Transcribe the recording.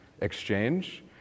exchange